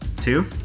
Two